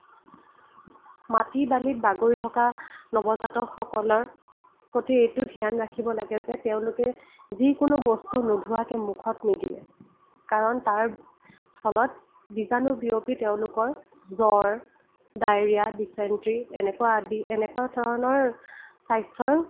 মাটি বালিত বাগৰি থকা নৱজাতকসকলৰ প্ৰতি এইটো ধ্যান ৰাখিব লাগে যে তেওঁলোকে যিকোনো বস্তু নোধোৱাকৈ মুখত নিদিয়ে কাৰণ তাৰ ফলত বীজাণু বিয়পি তেওঁলোকৰ জ্বৰ ডায়েৰীয়া ড্ৰিচেণ্টেৰি এনেকুৱা আদি এনেকুৱা ধৰণৰ স্বাস্থ্যৰ